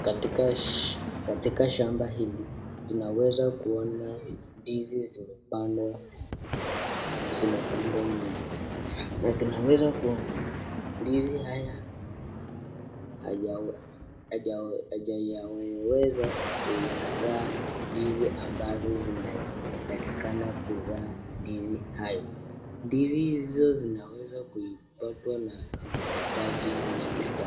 Katika shamba hili tunaweza kuona ndizi zimepandwa nyingi na tunaweza kuona ndizi haya hayajaweza kuyazaa ndizi ambazo zinatakikana kuzaa ndizi hayo, ndizi hizo zinaweza kuipatwa na mahitaji nyingi sana.